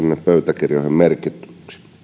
pöytäkirjoihin merkityksi